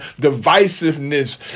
divisiveness